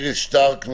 איריס שטרק,